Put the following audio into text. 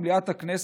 ממליאת הכנסת,